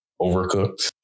Overcooked